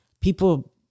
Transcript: people